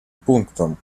пунктом